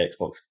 Xbox